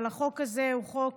אבל החוק הזה הוא חוק